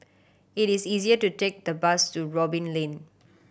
it is easier to take the bus to Robin Lane